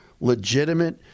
legitimate